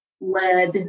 Lead